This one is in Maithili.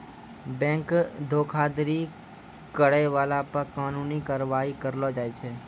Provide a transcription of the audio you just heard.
बैंक धोखाधड़ी करै बाला पे कानूनी कारबाइ करलो जाय छै